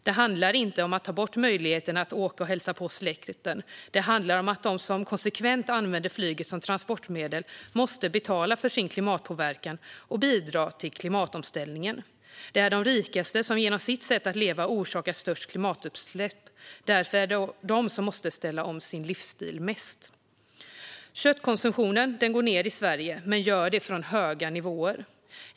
Det handlar inte om att ta bort möjligheterna att åka och hälsa på släkten, utan det handlar om att de som konsekvent använder flyget som transportmedel måste betala för sin klimatpåverkan och bidra till klimatomställningen. Det är de rikaste som genom sitt sätt att leva orsakar störst klimatutsläpp. Därför är det de som måste ställa om sin livsstil mest. Köttkonsumtionen går ned i Sverige, men den gör det från höga nivåer.